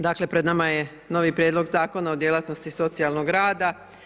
Dakle pred nama je novi prijedlog Zakona o djelatnosti socijalnog rada.